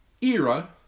era